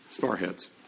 Starheads